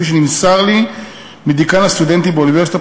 כפי שנמסר לי מדיקן הסטודנטים באוניברסיטה,